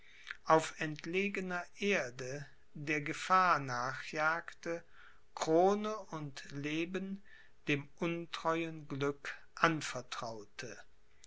auf entlegener erde der gefahr nachjagte krone und leben dem untreuen glück anvertraute